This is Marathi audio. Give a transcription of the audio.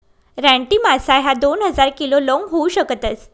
रानटी मासा ह्या दोन हजार किलो लोंग होऊ शकतस